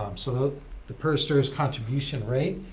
um so the per stirs contribution rate,